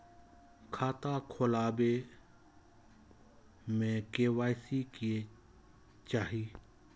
खाता खोला बे में के.वाई.सी के चाहि?